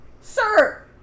sir